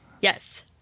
Yes